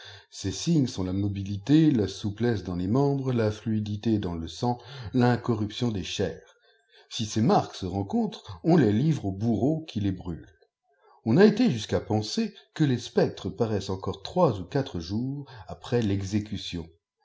ces signes sont la mobilité la souplse dans les membres la fluidité dans le sang liocorruption des chairs si ces marques se rencontrent on les livre au bourreau qui les brûle on a été jusqu'à penser que les spectres paraissent encore trois ou quatre jours après l'exécution